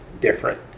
different